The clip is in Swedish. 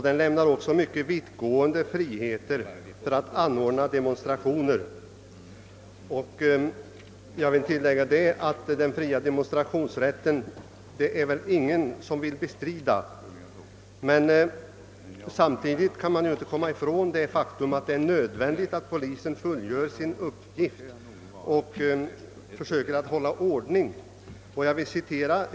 Denna ger mycket vittgående friheter att anordna demonstrationer. Det är väl ingen som vill bestrida den fria demonstrationsrätten. Man kan å andra sidan inte komma ifrån att det är nödvändigt att polisen fullgör sin uppgift och försöker hålla ordning.